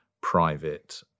private